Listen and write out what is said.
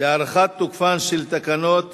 להארכת תוקפן של תקנות